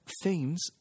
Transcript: themes